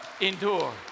endure